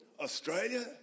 Australia